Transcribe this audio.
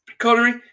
Connery